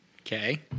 Okay